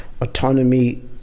autonomy